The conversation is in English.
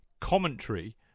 commentary